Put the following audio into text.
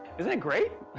isn't it great?